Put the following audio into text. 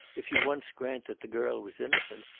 if you once grant that the girl was innocent,